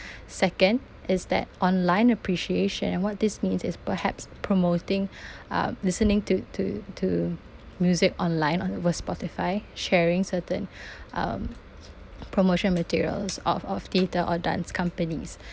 second is that online appreciation and what this means is perhaps promoting uh listening to to to music online on wer~ Spotify sharing certain um promotional materials of of theatre or dance companies